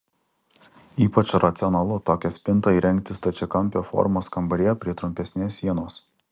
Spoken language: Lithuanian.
ypač racionalu tokią spintą įrengti stačiakampio formos kambaryje prie trumpesnės sienos